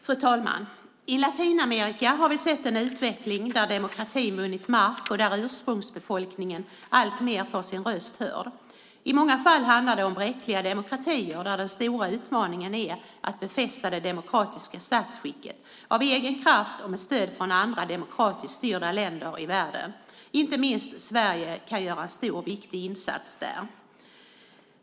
Fru talman! I Latinamerika har vi sett en utveckling där demokratin vunnit mark och där ursprungsbefolkningen alltmer får sin röst hörd. I många fall handlar det om bräckliga demokratier där den stora utmaningen är att befästa det demokratiska statsskicket av egen kraft och med stöd av andra demokratiskt styrda länder i världen. Inte minst Sverige kan göra en stor och viktig insats där.